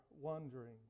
wandering